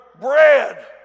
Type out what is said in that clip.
bread